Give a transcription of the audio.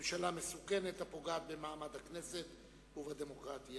ממשלה מסוכנת הפוגעת במעמד הכנסת ובדמוקרטיה.